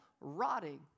rotting